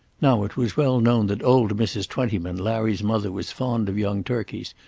now it was well known that old mrs. twentyman, larry's mother, was fond of young turkeys,